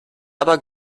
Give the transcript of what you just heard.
aber